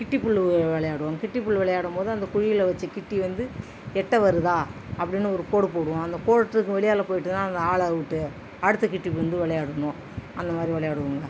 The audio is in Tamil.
கிட்டி புல்லு விளையாடுவோம் கிட்டி புல்லு விளையாடும் போது அந்த குழிலாம் வச்ச கிட்டி வந்து எட்ட வருதா அப்படின்னு ஒரு கோடு போடுவோம் அந்த கோட்டுக்கு வெளியால் போய்ட்டுனால் அந்த ஆள் அவுட் அடுத்த கிட்டி புல்லு வந்து விளையாடனும் அந்த மாதிரி விளையாடுவோங்க